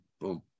boom